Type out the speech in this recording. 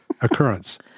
Occurrence